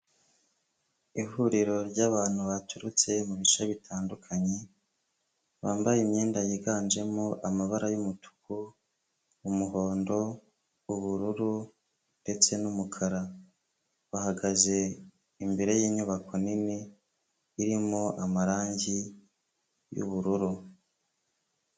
Ihuriro ry'abantu baturutse mu bice bitandukanye bambaye imyenda yiganjemo amabara y'umutuku, umuhondo, ubururu ndetse n'umukara, bahagaze imbere y'inyubako nini irimo amarangi y'ubururu.